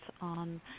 on